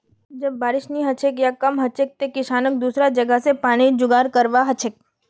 जब बारिश नी हछेक या कम हछेक तंए किसानक दुसरा जगह स पानीर जुगाड़ करवा हछेक